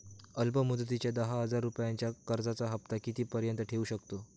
अल्प मुदतीच्या दहा हजार रुपयांच्या कर्जाचा हफ्ता किती पर्यंत येवू शकतो?